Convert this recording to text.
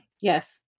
Yes